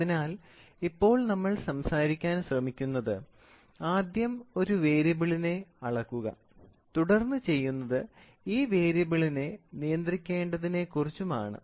അതിനാൽ ഇപ്പോൾ നമ്മൾ സംസാരിക്കാൻ ശ്രമിക്കുന്നത് ആദ്യം ഒരു വേരിയബിളിനെ അളക്കുക തുടർന്ന് ചെയ്യുന്നത് ഈ വേരിയബിളിനെ നിയന്ത്രിക്കേണ്ടതിനെക്കുറിച്ചും ആണ്